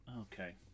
Okay